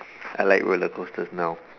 I like roller coasters now